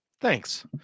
Thanks